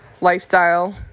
lifestyle